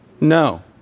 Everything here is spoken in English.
No